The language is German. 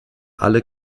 alle